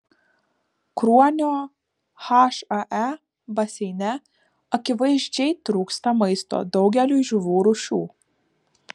kruonio hae baseine akivaizdžiai trūksta maisto daugeliui žuvų rūšių